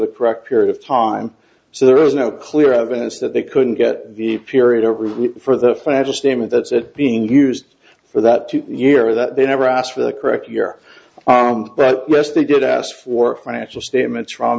the correct period of time so there is no clear evidence that they couldn't get the period over for the financial statement that's it being used for that year that they never asked for the correct year but yes they did ask for financial statements